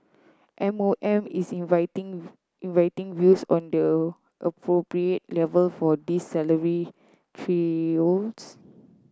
M O M is inviting inviting views on the appropriate level for these salary